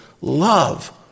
love